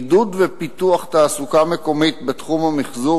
עידוד ופיתוח תעסוקה מקומית בתחום המיחזור